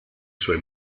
suoi